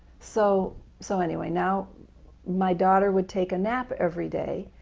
so so anyway, now my daughter would take a nap every day,